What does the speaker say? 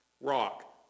Rock